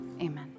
amen